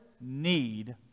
need